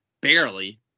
barely